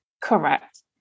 Correct